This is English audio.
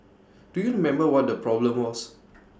do you remember what that problem was